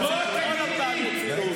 אז תורידו מיסים.